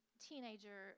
teenager